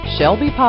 Shelby